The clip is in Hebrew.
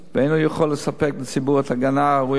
ואינו יכול לספק לציבור את ההגנה הראויה,